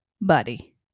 buddy